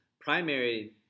primary